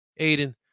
Aiden